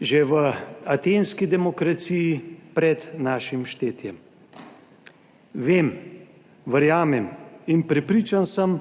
že v atenski demokraciji pred našim štetjem. Vem, verjamem in prepričan sem,